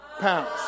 pounds